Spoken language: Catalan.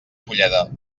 fulleda